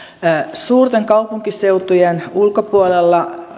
suurten kaupunkiseutujen ulkopuolella